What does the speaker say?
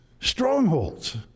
strongholds